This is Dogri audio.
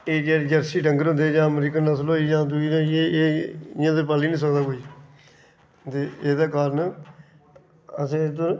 एह् जेह्ड़े जर्सी डंगर होंदे न जां अमरीकन नसल होई जां दूई होई गेई इ'यां ते पाली बी नेईं सकदा कोई ते एह्दे कारण असें इद्धर